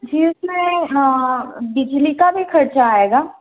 जी उस में बिजली का भी ख़र्च आएगा